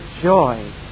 joy